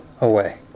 away